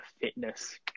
fitness